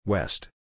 West